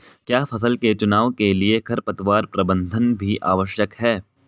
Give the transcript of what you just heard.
क्या फसल के चुनाव के लिए खरपतवार प्रबंधन भी आवश्यक है?